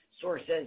sources